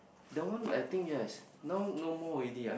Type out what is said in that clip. that one I think yes now no more already ah